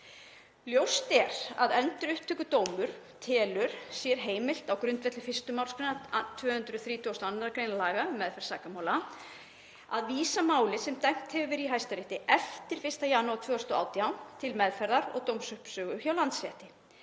Ljóst er að Endurupptökudómur telur sér heimilt á grundvelli 1. mgr. 232. gr. laga um meðferð sakamála að vísa máli sem dæmt hefur verið í Hæstarétti eftir 1. janúar 2018 til meðferðar og dómsuppsögu hjá Landsrétti.